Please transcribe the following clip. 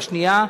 והשנייה,